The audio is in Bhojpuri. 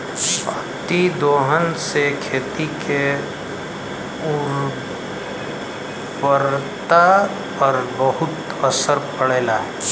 अतिदोहन से खेती के उर्वरता पर बहुत असर पड़ेला